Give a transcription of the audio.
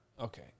Okay